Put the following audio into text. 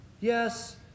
Yes